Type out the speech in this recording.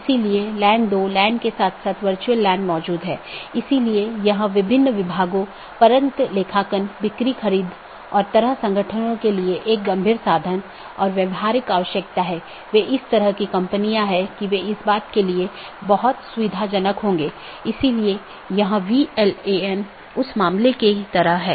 इसलिए चूंकि यह एक पूर्ण मेश है इसलिए पूर्ण मेश IBGP सत्रों को स्थापित किया गया है यह अपडेट को दूसरे के लिए प्रचारित नहीं करता है क्योंकि यह जानता है कि इस पूर्ण कनेक्टिविटी के इस विशेष तरीके से अपडेट का ध्यान रखा गया है